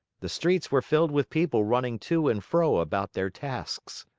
the streets were filled with people running to and fro about their tasks.